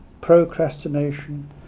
procrastination